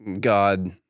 God